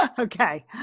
Okay